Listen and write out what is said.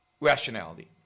rationality